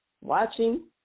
watching